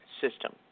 system